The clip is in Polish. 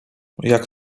jak